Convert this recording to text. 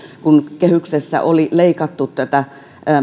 kun kehyksessä oli leikattu tätä